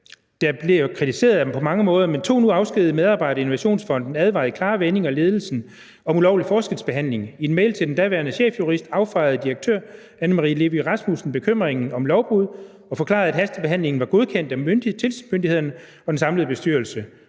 Berlingske, at der på mange måder kommer kritik: »To nu afskedigede medarbejdere i Innovationsfonden advarede i klare vendinger ledelsen om ulovlig forskelsbehandling. I en mail til den daværende chefjurist affejede direktør Anne-Marie Levy Rasmussen bekymringen om lovbrud og forklarede, at hastebehandlingen var godkendt af tilsynsmyndigheden og den samlede bestyrelse.